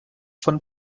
von